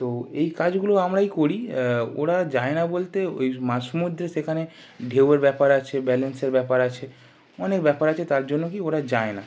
তো এই কাজগুলো আমরাই করি ওরা যায় না বলতে ওই মাছ সমুদ্রে সেখানে ঢেউয়ের ব্যাপার আছে ব্যালেন্সের ব্যাপার আছে অনেক ব্যাপার আছে তার জন্য কি ওরা যায় না